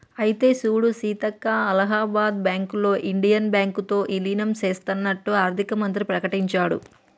అయితే సూడు సీతక్క అలహాబాద్ బ్యాంకులో ఇండియన్ బ్యాంకు తో ఇలీనం సేత్తన్నట్టు ఆర్థిక మంత్రి ప్రకటించాడు